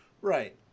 Right